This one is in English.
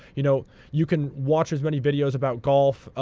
you know you can watch as many videos about golf,